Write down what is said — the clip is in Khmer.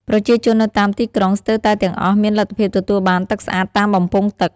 ប្រជាជននៅតាមទីក្រុងស្ទើរតែទាំងអស់មានលទ្ធភាពទទួលបានទឹកស្អាតតាមបំពង់ទឹក។